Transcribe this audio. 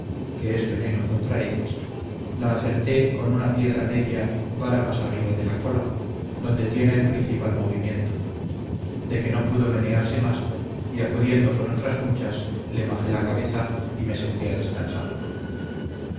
muchas veces hacia la cabeza que es veneno contra ellas la acerté con una piedra media vara más arriba de la cola donde tiene el principal movimiento de que no pudo menearse más y acudiendo con otras muchas le majé la cabeza y me senté a descansar